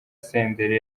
senderi